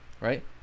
Right